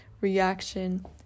reaction